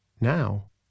Now